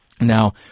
Now